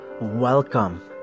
Welcome